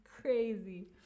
crazy